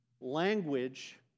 language